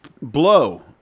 blow